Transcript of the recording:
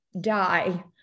die